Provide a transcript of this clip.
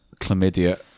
chlamydia